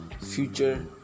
future